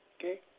okay